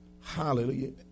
Hallelujah